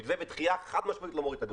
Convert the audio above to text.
מתווה בדחיה חד משמעית לא מוריד את הדירוג.